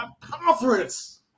conference